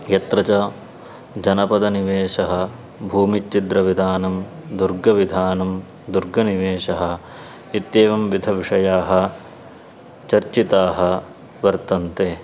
यत्र च जनपदनिवेशः भूमिछिद्रविधानं दुर्गविधानं दुर्गनिवेशः इत्येवं विविधाः विषयाः चर्चिताः वर्तन्ते